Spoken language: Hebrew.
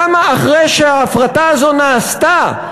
למה אחרי שההפרטה הזו נעשתה,